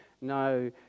no